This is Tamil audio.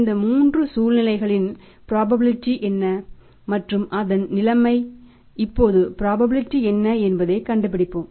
இந்த மூன்று சூழ்நிலைகளின் ப்ராபபிலிடீ 60 ஆகும்